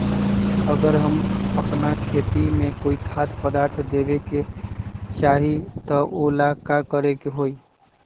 अगर हम अपना खेती में कोइ खाद्य पदार्थ देबे के चाही त वो ला का करे के होई?